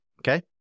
Okay